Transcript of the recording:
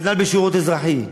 כנ"ל בשירות אזרחי,